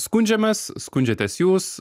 skundžiamės skundžiatės jūs